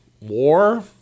War